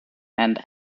and